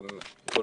כמה